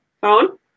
phone